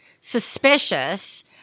suspicious